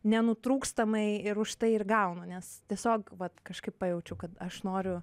nenutrūkstamai ir už tai ir gaunu nes tiesiog vat kažkaip pajaučiau kad aš noriu